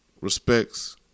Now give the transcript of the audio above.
respects